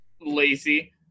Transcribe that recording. lazy